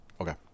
Okay